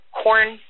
corn